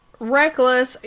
Reckless